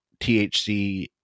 THC